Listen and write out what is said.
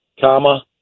comma